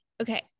okay